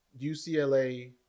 UCLA